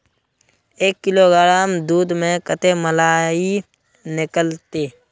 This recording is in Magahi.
एक किलोग्राम दूध में कते मलाई निकलते?